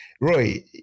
Roy